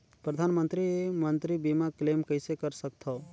परधानमंतरी मंतरी बीमा क्लेम कइसे कर सकथव?